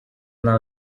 dla